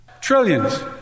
Trillions